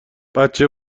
بچه